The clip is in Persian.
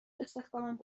استخدامم